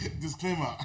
Disclaimer